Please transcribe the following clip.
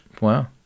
Wow